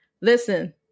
Listen